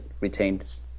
retained